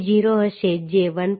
5d0 હશે જે 1